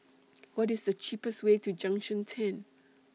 What IS The cheapest Way to Junction ten